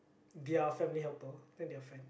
their family helper then they are friends